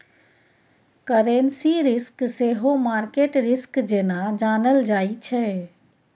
currency risk सेहो market risk जेना जानल जाइ छै